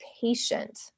patient